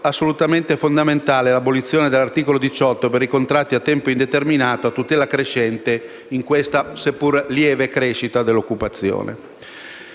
assolutamente fondamentale l'abolizione dell'articolo 18 per i contratti a tempo indeterminato a tutela crescente nella seppur lieve crescita dell'occupazione.